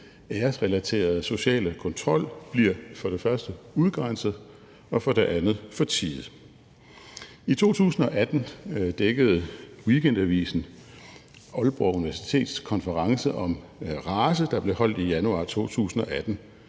æresrelaterede sociale kontrol bliver for det første udgrænset og for det andet fortiet. I 2018 dækkede Weekendavisen Aalborg Universitets konference om race, der blev holdt i januar.